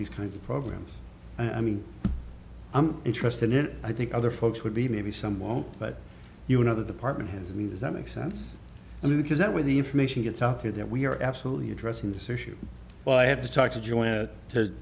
these kinds of problems i mean i'm interested in i think other folks would be maybe some won't but you another department has me does that make sense i mean because that when the information gets out there that we are absolutely addressing this issue well i have to talk to join it to